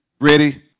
Ready